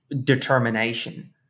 determination